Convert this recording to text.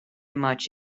much